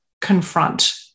confront